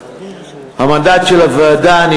מה המנדט של הוועדה, אדוני השר?